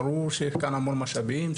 ברור שיש כאן המון משאבים,